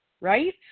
right